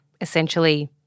essentially